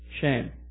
Shame